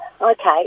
okay